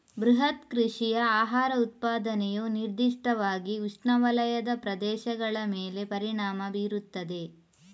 ಬೃಹತ್ ಕೃಷಿಯ ಆಹಾರ ಉತ್ಪಾದನೆಯು ನಿರ್ದಿಷ್ಟವಾಗಿ ಉಷ್ಣವಲಯದ ಪ್ರದೇಶಗಳ ಮೇಲೆ ಪರಿಣಾಮ ಬೀರುತ್ತದೆ